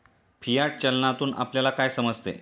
Fiat चलनातून आपल्याला काय समजते?